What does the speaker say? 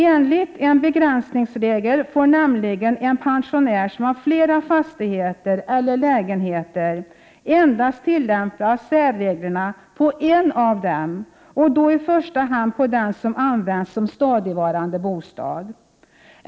Enligt en begränsningsregel får nämligen en pensionär som har flera fastigheter eller lägenheter endast tillämpa särreglerna på en av dessa, i första hand på den som används som stadigvarande bostad.